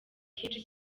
kenshi